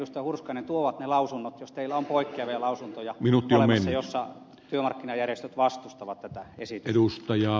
hurskainen tuovat ne lausunnot jos teillä on poikkeavia lausuntoja joissa työmarkkinajärjestöt vastustavat tätä esitystä